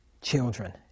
children